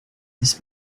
this